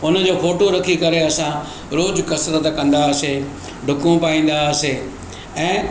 उनजो फोटु रखी करे असां रोज़ु कसरत कंदा हुआसे डुकूं पाईंदा हुआसे ऐं